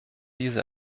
diese